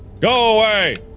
go away!